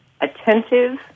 attentive